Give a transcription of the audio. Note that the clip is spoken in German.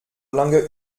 lange